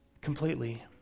completely